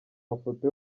mafoto